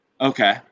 Okay